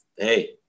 hey